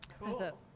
Cool